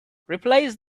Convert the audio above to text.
replace